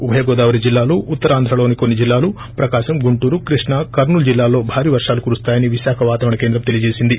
ఉభయ గోదావరి జిల్లాలు ఉత్తరాంధ్రలోని కొన్ని జిల్లాలు ప్రకాశం గుంటూరు కృష్ణా కర్పూలు జిల్లాల్లో భారీ వర్షాలు కురుస్తాయని విశాఖ వాతావరాణ కేంద్రం తెలియజేసింది